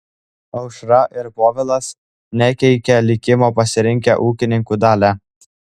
aušra ir povilas nekeikia likimo pasirinkę ūkininkų dalią